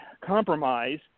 compromise